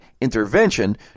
intervention